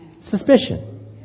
Suspicion